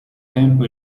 tempo